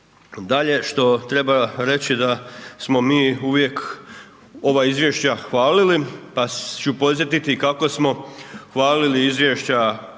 Dalje što treba reći da smo mi uvijek ova izvješća hvalili pa ću podsjetiti kako smo hvalili izvješća